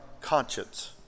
conscience